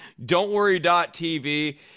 don'tworry.tv